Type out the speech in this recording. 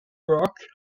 work